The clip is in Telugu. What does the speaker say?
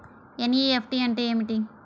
ఎన్.ఈ.ఎఫ్.టీ అంటే ఏమిటీ?